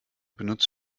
benutzt